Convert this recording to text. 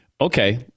Okay